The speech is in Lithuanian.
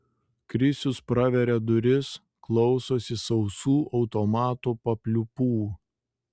krisius praveria duris klausosi sausų automato papliūpų